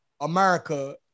America